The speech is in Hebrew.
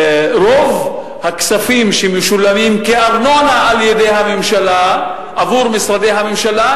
רוב הכספים שמשולמים כארנונה על-ידי הממשלה עבור משרדי הממשלה,